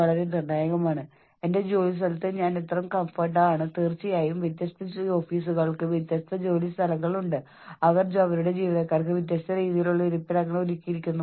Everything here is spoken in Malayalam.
പലതവണ നമ്മൾക്ക് ഇണങ്ങിച്ചേരുവാൻ കഴിയാത്ത ആളുകളുമായി നമ്മൾക്ക് ഇഷ്ടമല്ലാത്ത ആളുകളുമായി നമ്മളിൽ നിന്നും സംഘടനയിൽ നിന്നും അവരിൽ നിന്ന് നമുക്ക് ഉള്ളതിനേക്കാൾ വ്യത്യസ്തമായ പ്രതീക്ഷകൾ ഉള്ളവരുമായെല്ലാം പ്രവർത്തിക്കേണ്ട സാഹചര്യങ്ങൾ ഉണ്ടാകുന്നു